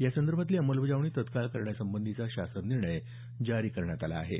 या संदर्भातली अंमलबजावणी तत्काळ करण्यासंबंधीचा शासन निर्णय जारी करण्यात आला आहे